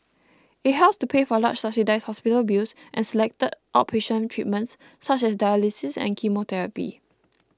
it helps to pay for large subsidised hospital bills and selected outpatient treatments such as dialysis and chemotherapy